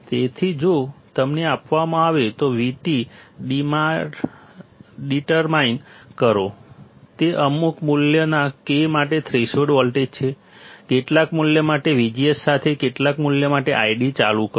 તેથી જો તમને આપવામાં આવે તો VT ડીટર્માઇન કરો તે અમુક મૂલ્યના K માટે થ્રેશોલ્ડ વોલ્ટેજ છે કેટલાક મૂલ્ય માટે VGS સાથે કેટલાક મૂલ્ય માટે ID ચાલુ કરો